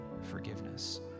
forgiveness